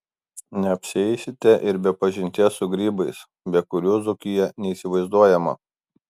neapsieisite ir be pažinties su grybais be kurių dzūkija neįsivaizduojama